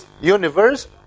universe